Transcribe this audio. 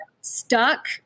stuck